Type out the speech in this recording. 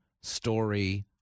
story